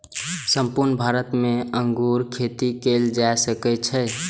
संपूर्ण भारत मे अंगूर खेती कैल जा सकै छै